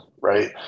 Right